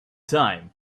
time